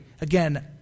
again